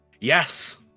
Yes